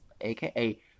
aka